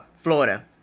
Florida